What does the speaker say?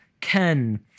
Ken